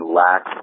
lack